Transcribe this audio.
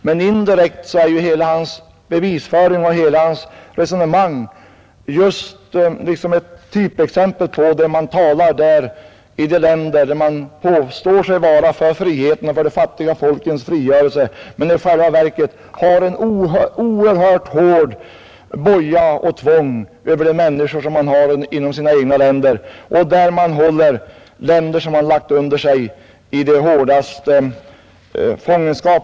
Men indirekt är hela hans bevisföring och hela hans resonemang just ett typexempel på hur man talar i de länder där man påstår sig vara för friheten, för de fattiga folkens frigörelse, men i själva verket håller människorna inom sina egna gränser i tvång, ja, i oerhört hårda bojor, där man håller länder, som man har lagt under sig, i den hårdaste fångenskap.